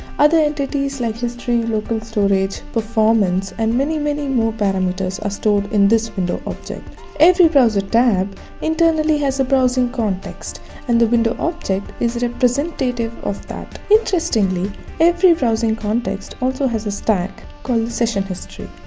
other entities like history, localstorage, performance and many many more parameters are stored in this window object every browser tab internally has a browsing context and the window object is representative of interestingly every browsing context also has a stack called the session history.